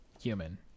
human